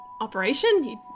operation